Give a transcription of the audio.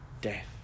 Death